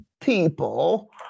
people